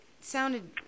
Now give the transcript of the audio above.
sounded